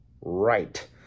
Right